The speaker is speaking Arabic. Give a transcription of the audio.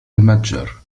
المتجر